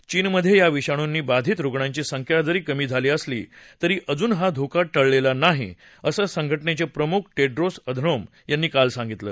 चीनमध्ये या विषाणूंनी बाधीत रुग्णाची संख्या कमी झाली असली तरी अजून हा धोका टळलेला नाहीअसं संघटनेचे प्रमुख टेड्रोस अधानोम यांनी काल सांगितलं